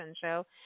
show